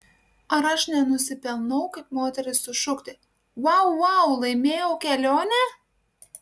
ar aš nenusipelnau kaip moteris sušukti vau vau laimėjau kelionę